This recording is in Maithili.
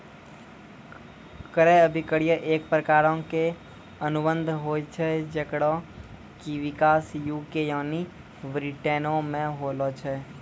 क्रय अभिक्रय एक प्रकारो के अनुबंध होय छै जेकरो कि विकास यू.के यानि ब्रिटेनो मे होलो छै